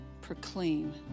proclaim